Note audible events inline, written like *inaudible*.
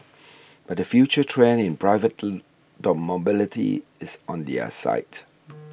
but the future trend in private *noise* mobility is on their side